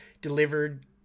delivered